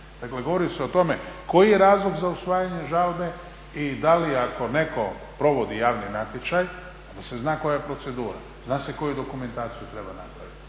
Dakle, govori se o tome koji razlog za usvajanje žalbe i da li ako neko provodi javni natječaj, onda se zna koja je procedura, zna se koju dokumentaciju treba napraviti,